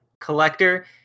collector